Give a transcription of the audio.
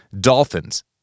Dolphins